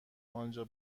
آنجا